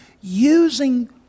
using